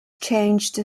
changed